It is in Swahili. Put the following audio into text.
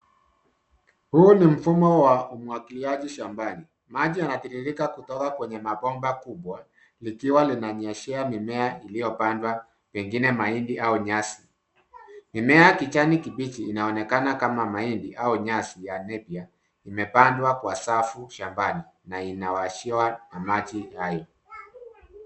Huu ni mfumo wa umwagiliaji shambani. Maji yanatirika kutoka kwenye mabomba kubwa likiwa linanyeshea mimea iliyopandwa pengine mahindi au nyasi. Mimea kijani kibichi inaonekana kama mahindi au nyasi ya nappier imepandwa kwa safu shambani na inawashiwa na maji hayo.